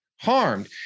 harmed